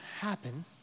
happen